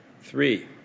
Three